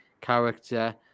character